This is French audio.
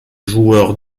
joueur